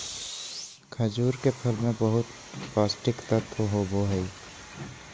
खजूर के फल मे बहुत पोष्टिक तत्व होबो हइ